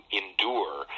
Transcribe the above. endure